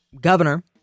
governor